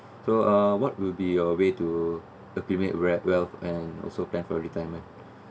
so uh what will be your way to accumulate wea~ wealth and also plan for retirement